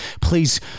Please